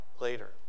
later